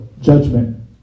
judgment